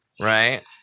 right